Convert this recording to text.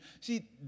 See